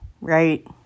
right